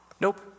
nope